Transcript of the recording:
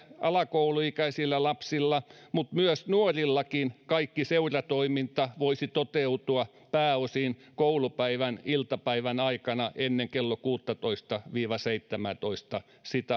alakouluikäisillä lapsilla mutta myös nuorillakin kaikki seuratoiminta voisi toteutua pääosin koulupäivän iltapäivän aikana ennen kello kuuttatoista viiva seitsemäätoista